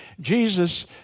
Jesus